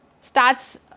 starts